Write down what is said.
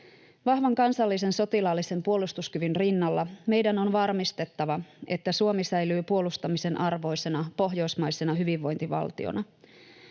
Vahvan kansallisen sotilaallisen puolustuskyvyn rinnalla meidän on varmistettava, että Suomi säilyy puolustamisen arvoisena pohjoismaisena hyvinvointivaltiona.